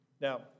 Now